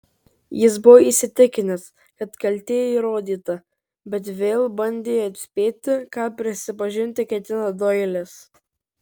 jis buvo įsitikinęs kad kaltė įrodyta bet vėl bandė atspėti ką prisipažinti ketina doilis